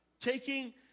Taking